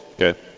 Okay